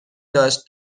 داشت